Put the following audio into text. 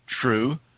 true